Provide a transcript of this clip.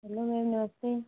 hello ma'am नमस्ते